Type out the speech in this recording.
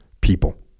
people